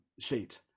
sheet